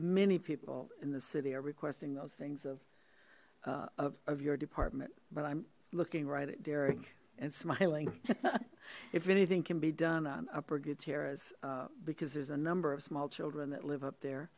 many people in the city are requesting those things of of your department but i'm looking right at derek and smiling if anything can be done on uppercuts harris because there's a number of small children that live up there